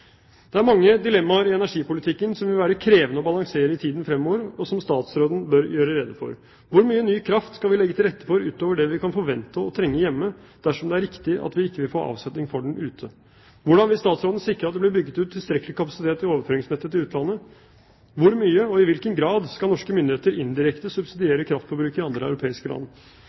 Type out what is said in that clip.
Det er mange dilemmaer i energipolitikken som vil være krevende å balansere i tiden fremover, og som statsråden bør gjøre rede for. Hvor mye ny kraft skal vi legge til rette for utover det vi kan forvente å trenge hjemme, dersom det er riktig at vi ikke vil få avsetning for den ute? Hvordan vil statsråden sikre at det blir bygget ut tilstrekkelig kapasitet i overføringsnettet til utlandet? Hvor mye, og i hvilken grad, skal norske myndigheter indirekte subsidiere kraftforbruket i andre europeiske land?